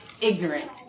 ignorant